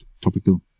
topical